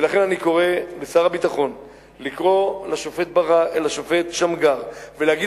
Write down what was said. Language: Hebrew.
ולכן אני קורא לשר הביטחון לקרוא לשופט שמגר ולהגיד